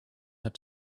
had